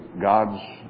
God's